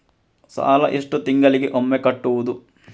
ಸಾಲ ಎಷ್ಟು ತಿಂಗಳಿಗೆ ಒಮ್ಮೆ ಕಟ್ಟುವುದು?